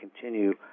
continue